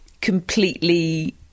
completely